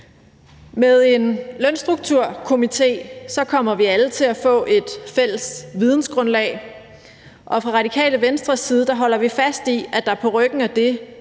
Med en lønstrukturkomité kommer vi alle til at få et fælles vidensgrundlag, og fra Radikale Venstres side holder vi fast i, at der på ryggen af det